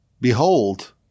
behold